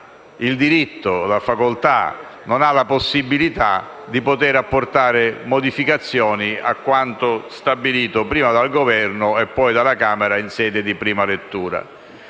il diritto, la facoltà, la possibilità di poter apportare modifiche a quanto stabilito prima dal Governo e poi dalla Camera in sede di prima lettura.